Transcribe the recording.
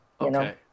Okay